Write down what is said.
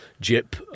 jip